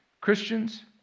Christians